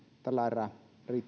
tällä erää